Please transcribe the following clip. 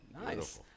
Nice